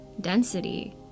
density